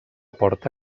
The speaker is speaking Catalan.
porta